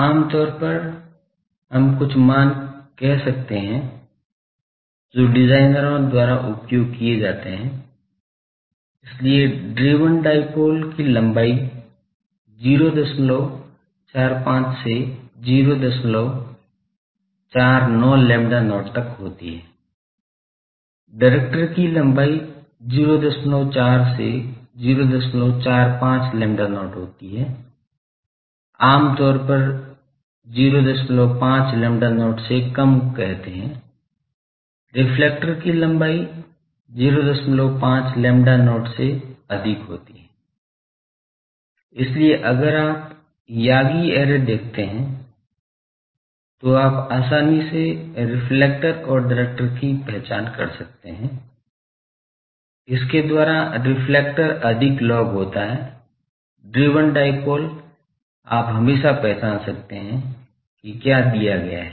आमतौर पर हम कुछ मान कह सकते हैं जो डिजाइनरों द्वारा उपयोग किए जाते हैं इसलिए ड्रिवन डाईपोल की लंबाई 045 से 049 lambda not तक होती है डायरेक्टर की लंबाई 04 से 045 lambda not होती है आप आमतौर पर 05 lambda not से कम कहते हैं रिफ्लेक्टर की लंबाई 05 lambda not से अधिक होती है इसीलिए अगर आप यागी ऐरे देखते हैं तो आप आसानी से रिफ्लेक्टर और डायरेक्टर की पहचान कर सकते हैं इसके द्वारा रिफ्लेक्टर अधिकतम लॉग होता है ड्रिवन डाईपोल आप हमेशा पहचान सकते हैं कि क्या दिया गया है